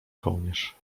kołnierz